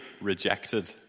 rejected